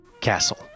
Castle